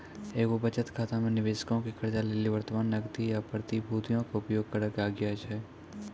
एगो बचत खाता मे निबेशको के कर्जा लेली वर्तमान नगदी या प्रतिभूतियो के उपयोग करै के आज्ञा छै